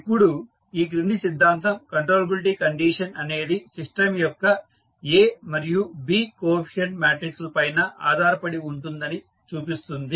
ఇప్పుడు ఈ క్రింది సిద్ధాంతం కంట్రోలబిలిటీ కండిషన్ అనేది సిస్టం యొక్క A మరియు B కోఎఫీసియంట్ మాట్రిక్స్ ల పైన ఆధారపడి ఉంటుందని చూపిస్తుంది